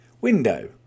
Window